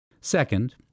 Second